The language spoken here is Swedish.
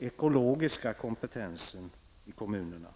ekologiska kompetensen i kommunerna.